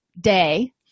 day